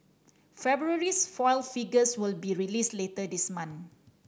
February's foil figures will be released later this month